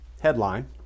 Headline